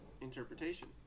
interpretation